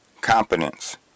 competence